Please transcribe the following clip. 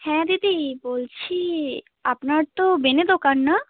হ্যাঁ দিদি বলছি আপনার তো বেনে দোকান না